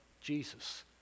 Jesus